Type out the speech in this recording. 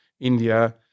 India